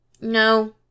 No